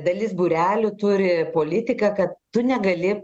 dalis būrelių turi politiką kad tu negali